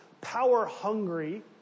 power-hungry